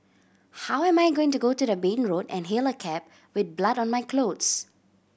how am I going to go to the main road and hail a cab with blood on my clothes